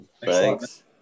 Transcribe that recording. Thanks